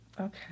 Okay